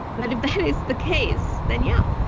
but if that is the case, then yeah.